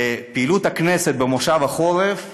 לפעילות הכנסת במושב החורף